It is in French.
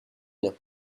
bien